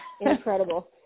Incredible